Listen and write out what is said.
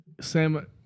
Sam